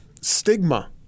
stigma